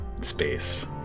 space